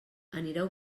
anireu